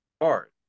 art